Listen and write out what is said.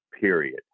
period